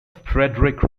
frederic